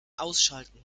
ausschalten